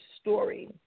story